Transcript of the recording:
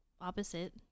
opposite